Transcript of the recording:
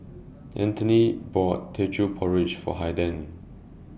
Antony bought Teochew Porridge For Haiden